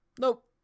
Nope